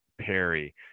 Perry